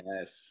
Yes